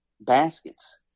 baskets